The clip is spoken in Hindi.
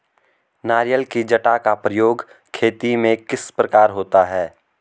नारियल की जटा का प्रयोग खेती में किस प्रकार होता है?